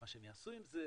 מה שהם יעשו עם זה,